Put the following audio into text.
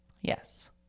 yes